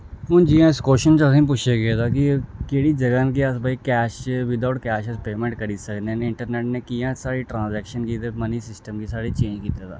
हून जियां असेंगी इस कव्शन च पुच्छेआ गेदा ऐ कि केह्ड़ी जगह् न के अस भाई कैश बिदआउट कैश अस पेमैंट करी सकने न इन्ट्रनैंट ने कि'यां साढ़ी ट्रांजैक्शन गी ते मनी सिस्टम गी साढ़े चेंज कीते दा